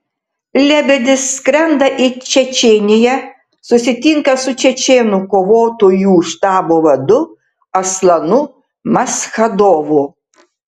lebedis skrenda į čečėniją susitinka su čečėnų kovotojų štabo vadu aslanu maschadovu